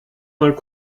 mal